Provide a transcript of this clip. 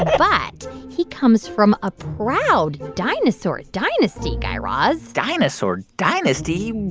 ah but he comes from a proud dinosaur dynasty, guy raz dinosaur dynasty?